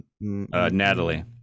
Natalie